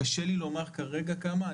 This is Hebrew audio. קשה לי להגיד כרגע כמה,